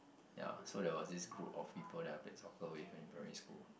ya so there was this group of people that I play soccer with in primary school